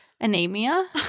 anemia